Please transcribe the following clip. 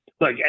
Look